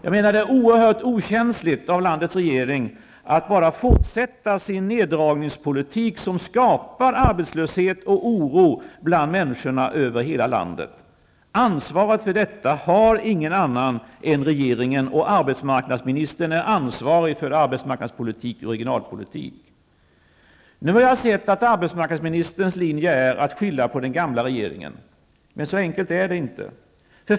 Jag menar att det är oerhört okänsligt av landets regering att bara fortsätta sin neddragningspolitik, som skapar arbetslöshet och oro bland människorna över hela landet. Ansvaret för detta har ingen annan än regeringen, och arbetsmarknadsministern är ansvarig för arbetsmarknadspolitik och regionalpolitik. Nu har jag sett att arbetsmarknadsministerns linje är att skylla på den gamla regeringen. Men så enkelt är det inte.